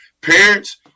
Parents